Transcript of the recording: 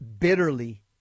bitterly